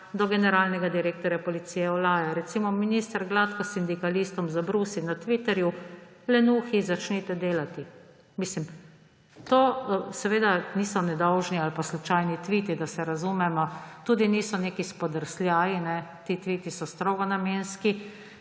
do generalnega direktorja policije Olaja. Recimo, minister gladko sindikalistom zabrusi na Twitterju: lenuhi, začnite delati. Mislim, to seveda niso nedolžni ali pa slučajni tviti, da se razumemo, tudi niso neki spodrsljaji. Ti tviti so strogo namenski,